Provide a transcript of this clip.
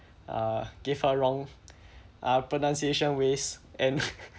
uh gave her wrong uh pronunciation ways and